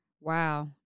Wow